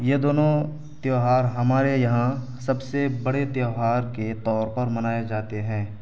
یہ دونوں تہوار ہمارے یہاں سب سے بڑے تہوار کے طور پر منائے جاتے ہیں